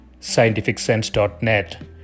scientificsense.net